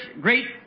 great